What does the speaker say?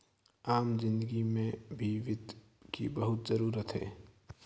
आम जिन्दगी में भी वित्त की बहुत जरूरत है